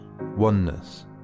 oneness